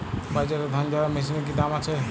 বাজারে ধান ঝারা মেশিনের কি দাম আছে?